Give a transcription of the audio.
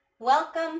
Welcome